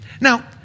Now